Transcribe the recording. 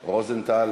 רוזנטל?